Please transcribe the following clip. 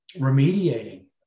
remediating